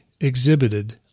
exhibited